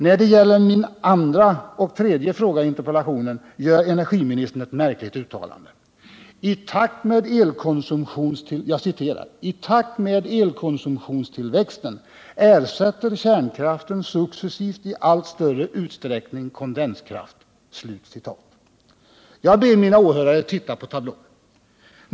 När det gäller min andra och tredje fråga i interpellationen gör energiministern ett märkligt uttalande: ”I takt med elkonsumtionstillväxten ersätter kärnkraften successivt i allt större utsträckning kondenskraft.” Jag ber mina åhörare titta på tablån.